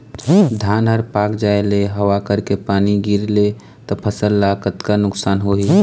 धान हर पाक जाय ले हवा करके पानी गिरे ले त फसल ला कतका नुकसान होही?